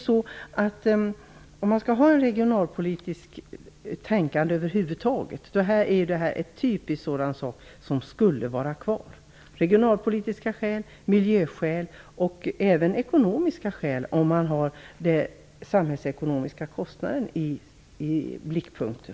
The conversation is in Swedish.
Detta är en sak som skulle vara kvar om man över huvud taget skall ha ett regionalpolitiskt tänkande. Det finns regionalpolitiska skäl, miljöskäl och även ekonomiska skäl för detta om man har den samhällsekonomiska kostnaden i blickpunkten.